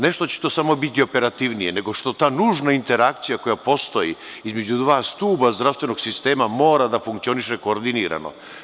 Ne samo zato što će to biti operativnije, nego što ta nužna interakcija koja postoji između dva stuba zdravstvenog sistema mora da funkcioniše koordinirano.